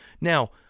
Now